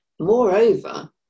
Moreover